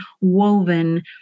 woven